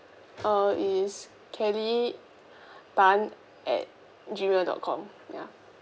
uh is kelly tan at gmail dot com ya